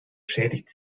schädigt